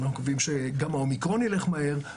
ואנחנו מקווים שאם האומיקרון ילך מהר,